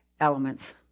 elements